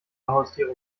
haustiere